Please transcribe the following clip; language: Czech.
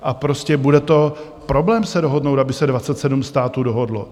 A prostě bude to problém se dohodnout, aby se 27 států dohodlo.